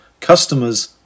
customers